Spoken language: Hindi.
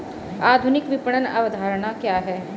आधुनिक विपणन अवधारणा क्या है?